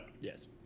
Yes